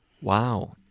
Wow